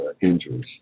injuries